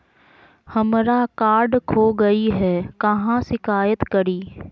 हमरा कार्ड खो गई है, कहाँ शिकायत करी?